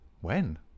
When